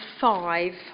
five